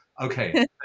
okay